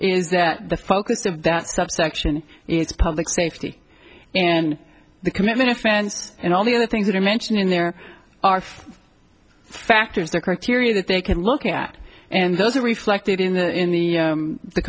is that the focus of that subsection it's public safety and the commitment offense and all the other things that are mentioned in there are factors the criteria that they can look at and those are reflected in the in the